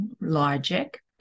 logic